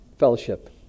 fellowship